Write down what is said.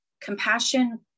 compassion